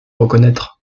reconnaître